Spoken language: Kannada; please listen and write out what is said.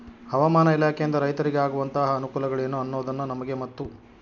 ಹವಾಮಾನ ಇಲಾಖೆಯಿಂದ ರೈತರಿಗೆ ಆಗುವಂತಹ ಅನುಕೂಲಗಳೇನು ಅನ್ನೋದನ್ನ ನಮಗೆ ಮತ್ತು?